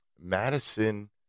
Madison